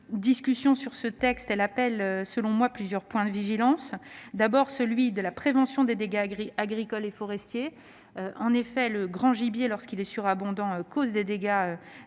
discussion sur ce texte appelle à mon sens plusieurs points de vigilance, concernant, tout d'abord, la prévention des dégâts agricoles et forestiers. En effet, le grand gibier, lorsqu'il est surabondant, cause des dégâts ou